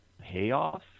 payoff